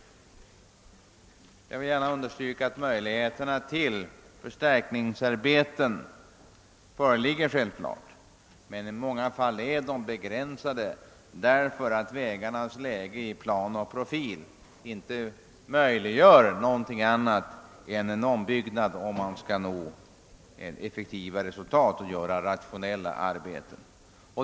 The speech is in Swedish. Jag vill gärna understryka att möjligheter till förstärkningsarbeten självklart föreligger, men i många fall är de begränsade därför att vägarnas läge i plan och profil inte möjliggör någonting annat än ombyggnad om man skall göra rationella arbeten.